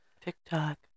TikTok